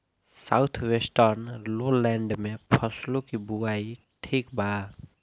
South western lowland में फसलों की बुवाई ठीक बा?